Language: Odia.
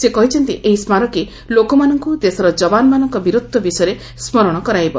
ସେ କହିଛନ୍ତି ଏହି ସ୍କାରକୀ ଲୋକମାନଙ୍କୁ ଦେଶର ଯବାନମାନଙ୍କ ବୀରତ୍ୱ ବିଷୟରେ ସ୍କରଣ କରାଇବ